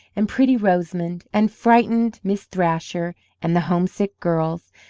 and pretty rosamond, and frightened miss thrasher and the homesick girls,